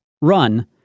run